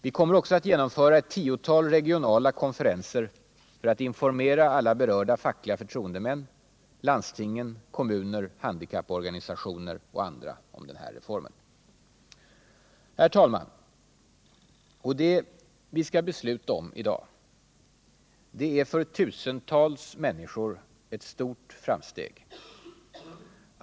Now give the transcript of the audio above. Vi kommer också att genomföra ett tiotal regionala konferenser för att informera alla berörda fackliga förtroendemän, landsting, kommuner och handikapporganisationer om den här reformen. Herr talman! Det vi i dag skall besluta om är för tusentals människor ett stort framsteg.